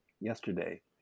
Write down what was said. yesterday